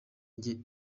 njye